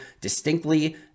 distinctly